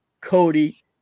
Cody